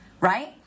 Right